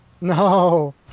No